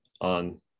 on